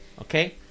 okay